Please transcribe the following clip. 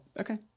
okay